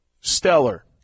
stellar